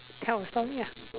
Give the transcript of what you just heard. tell a story lah